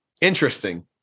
interesting